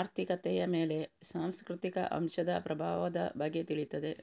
ಆರ್ಥಿಕತೆಯ ಮೇಲೆ ಸಾಂಸ್ಕೃತಿಕ ಅಂಶದ ಪ್ರಭಾವದ ಬಗ್ಗೆ ತಿಳೀತದೆ